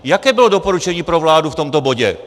Jaké bylo doporučení pro vládu v tomto bodě?